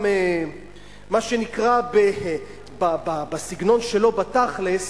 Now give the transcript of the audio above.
אתם, מה שנקרא, בסגנון שלו, בתכל'ס,